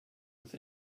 with